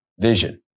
vision